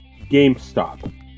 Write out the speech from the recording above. gamestop